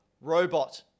robot